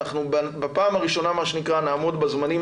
אנחנו בפעם הראשונה מה שנקרא נעמוד בזמנים